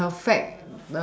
the perfect